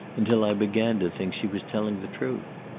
until i began to think she was telling the truth.